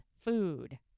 food